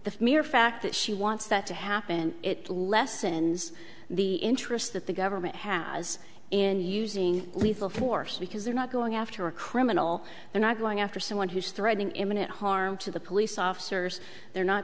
the mere fact that she wants that to happen it lessens the interest that the government has in using lethal force because they're not going after a criminal they're not going after someone who's threatening imminent harm to the police officers they're not